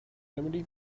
remedy